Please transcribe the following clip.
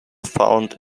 found